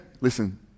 Listen